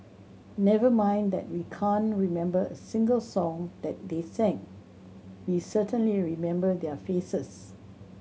never mind that we can't remember a single song that they sing we certainly remember their faces